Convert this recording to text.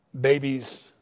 babies